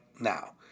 now